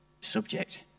subject